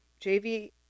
jv